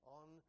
on